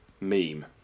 meme